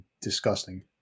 disgusting